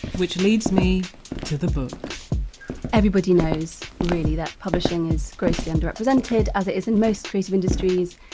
which leads me to the book everybody knows really that publishing is grossly underrepresented as it is in most creative industries,